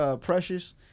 Precious